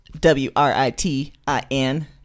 W-R-I-T-I-N